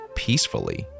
peacefully